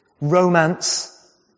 romance